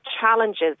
challenges